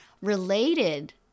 related